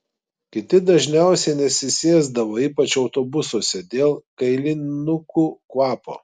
kiti dažniausiai nesisėsdavo ypač autobusuose dėl kailinukų kvapo